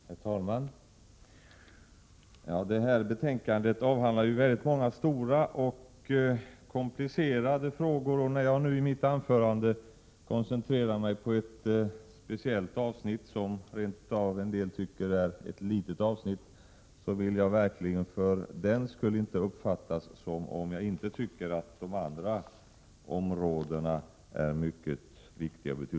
Herr talman! I det här betänkandet avhandlas ju många stora och komplicerade frågor. När jag nu i mitt anförande kommer att koncentrera mig på ett speciellt avsnitt, som somliga rent av tycker är ett litet avsnitt, vill jag för den skull verkligen inte bli uppfattad som om jag inte skulle anse de andra frågorna som mycket viktiga.